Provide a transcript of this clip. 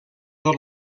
tot